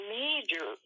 major